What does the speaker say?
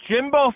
Jimbo